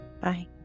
Bye